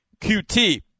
QT